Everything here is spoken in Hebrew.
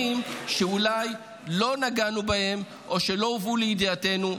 שאולי לא נגענו בהם או שלא הובאו לידיעתנו.